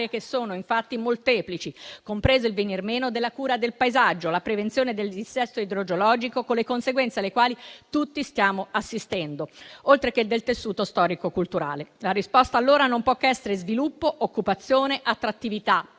che sono infatti molteplici, compreso il venir meno della cura del paesaggio, la prevenzione del dissesto idrogeologico, con le conseguenze alle quali tutti stiamo assistendo, oltre che del tessuto storico-culturale. La risposta allora non può che essere sviluppo, occupazione, attrattività,